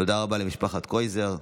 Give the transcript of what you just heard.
תודה רבה למשפחת קרויזר,